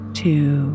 two